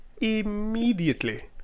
immediately